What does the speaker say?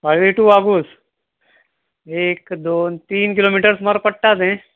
वायले टू वागूस एक दोन तीन किलोमिटर सुमार पडटा तें